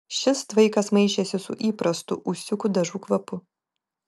šis tvaikas maišėsi su įprastu ūsiukų dažų kvapu